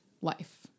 life